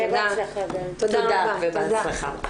תודה ובהצלחה.